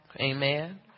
Amen